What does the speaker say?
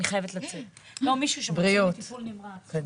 מישהו שנמצא בטיפול נמרץ.